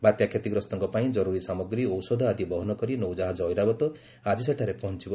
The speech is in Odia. ବାତ୍ୟା କ୍ଷତିଗ୍ରସ୍ତଙ୍କ ପାଇଁ ଜରୁରୀ ସାମଗ୍ରୀ ଔଷଧ ଆଦି ବହନ କରି ନୌକାହାଜ ଐରାବତ ଆଜି ସେଠାରେ ପହଞ୍ଚିବ